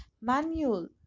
manual